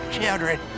Children